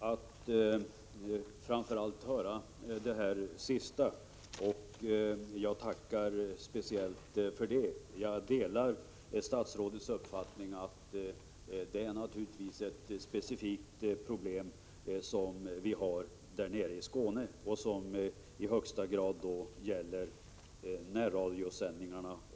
Herr talman! Jag är glad att höra framför allt det sista, och jag tackar speciellt för det. Jag delar statsrådets uppfattning att det är ett specifikt problem som vihar = Prot. 1987/88:43 nere i Skåne och som i högsta grad gäller närradiosändningarna.